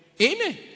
Amen